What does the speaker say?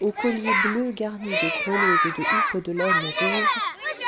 aux colliers bleus garnis de grelots et de houppes de laine rouge